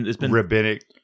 rabbinic